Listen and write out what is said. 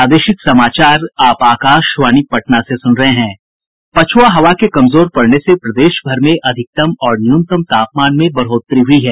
पछ्आ हवा के कमजोर पड़ने से प्रदेश भर में अधिकतम और न्यूनतम तापमान में बढ़ोतरी हुई है